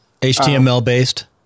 HTML-based